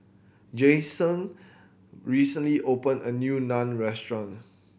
Jameson recently opened a new Naan Restaurant